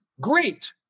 Great